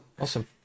awesome